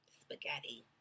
Spaghetti